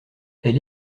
elle